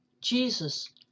Jesus